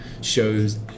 shows